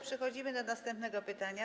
Przechodzimy do następnego pytania.